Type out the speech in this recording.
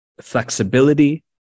flexibility